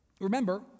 Remember